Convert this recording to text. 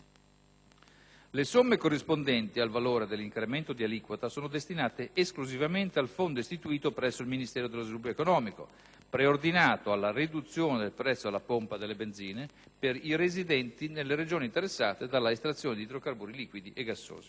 Le somme corrispondenti al valore dell'incremento di aliquota sono destinate esclusivamente al Fondo istituito presso il Ministero dello sviluppo economico preordinato alla riduzione del prezzo alla pompa delle benzine per i residenti nelle Regioni interessate dalla estrazione di idrocarburi liquidi e gassosi.